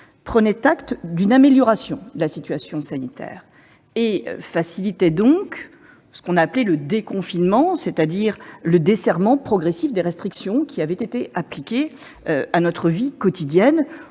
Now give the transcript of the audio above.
prenait acte d'une amélioration de la situation sanitaire et facilitait ce que l'on a appelé le « déconfinement », c'est-à-dire le desserrement progressif des restrictions appliquées à notre vie quotidienne.